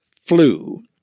flew